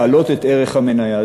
להעלות את ערך המניה.